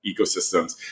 ecosystems